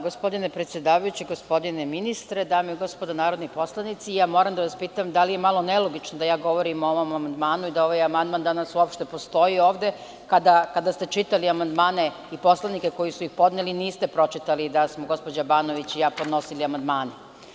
Gospodine predsedavajući, gospodine ministre, dame i gospodo narodni poslanici, moram da vas pitam - da li je malo nelogično da ja govorim o ovom amandmanu i da ovaj amandman uopšte postoji ovde kada, kada ste čitali amandmane i poslanike koji su ih podneli, niste pročitali da smo gospođa Banović i ja podnosili amandmane.